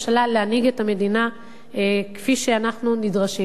להנהיג את המדינה כפי שאנחנו נדרשים לה.